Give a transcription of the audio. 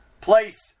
place